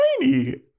tiny